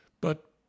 But